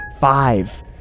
five